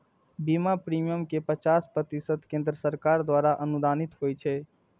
बीमा प्रीमियम केर पचास प्रतिशत केंद्र सरकार द्वारा अनुदानित होइ छै